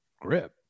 grip